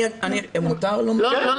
הקרן